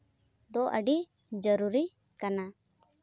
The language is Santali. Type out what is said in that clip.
ᱫᱚ ᱟᱹᱰᱤ ᱡᱩᱨᱩᱨᱤ ᱠᱟᱱᱟ